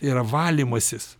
yra valymasis